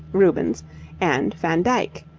rubens and van dyck,